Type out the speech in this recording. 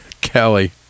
Kelly